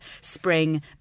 spring